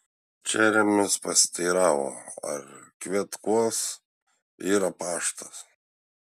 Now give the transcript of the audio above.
čeremis pasiteiravo ar kvetkuos yra paštas